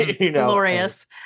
glorious